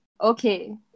okay